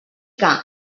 que